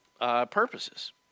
purposes